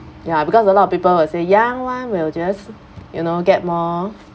ya because a lot of people will say young one will just you know get more